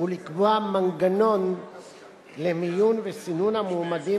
ולקבוע מנגנון למיון וסינון המועמדים